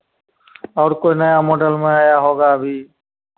और कोई नया मॉडल में मँगाया होगा अभी